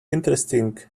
interesting